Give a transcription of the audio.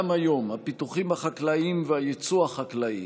גם היום הפיתוחים החקלאיים והיצוא החקלאי